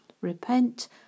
repent